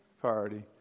priority